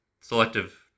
selective